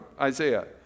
Isaiah